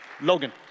Logan